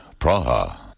Praha